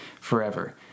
forever